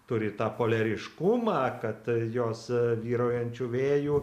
turi tą poliariškumą kad jos vyraujančių vėjų